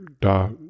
da